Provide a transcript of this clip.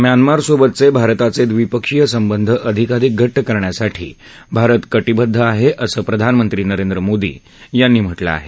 म्यानमारसोबतचे भारताये द्विपक्षीय संबंध अधिकाधिक घट्ट करण्यासाठी भारत कटीबद्ध आहे असं प्रधानमंत्री नरेंद्र मोदी यांनी म्हटलं आहे